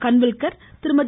Khanwilkar Thirumathi